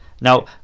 Now